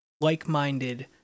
like-minded